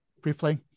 briefly